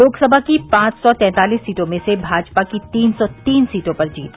लोकसभा की पांच सौ तैंतालिस सीटों में से भाजपा की तीन सौ तीन सीटों पर जीत